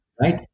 right